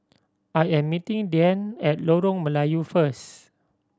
I am meeting Deane at Lorong Melayu first